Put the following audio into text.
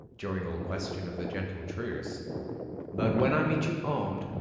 during all question of the gentle truce but when i meet you arm'd,